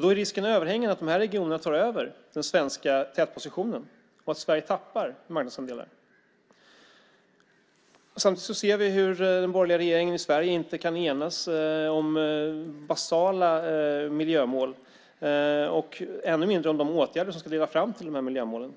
Då är risken överhängande att de regionerna tar över den svenska tätpositionen och att Sverige tappar marknadsandelar. Samtidigt ser vi hur den borgerliga regeringen i Sverige inte kan enas om basala miljömål, ännu mindre om de åtgärder som ska driva fram miljömålen.